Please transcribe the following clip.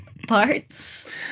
parts